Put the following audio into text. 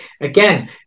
again